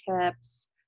tips